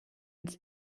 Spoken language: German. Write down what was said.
uns